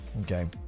Okay